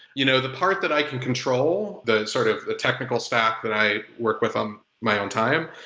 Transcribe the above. you know the part that i can control, the sort of the technical stuff that i work with on my own time.